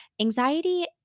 anxiety